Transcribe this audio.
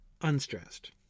unstressed